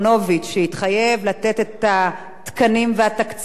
שהתחייב לתת את התקנים והתקציבים כדי